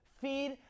feed